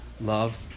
Love